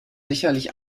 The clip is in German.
sicherlich